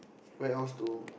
where else though